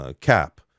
cap